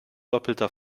doppelter